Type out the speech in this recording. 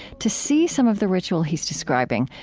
to see some of the ritual he's describing,